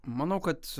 manau kad